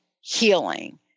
healing